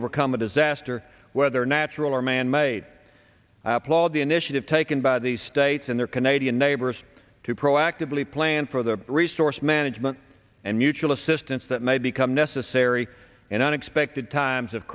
overcome a disaster whether natural or manmade i applaud the initiative taken by the states and their canadian neighbors to proactively plan for the resource management and mutual assistance that may become necessary and unexpected times of